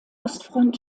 ostfront